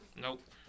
Nope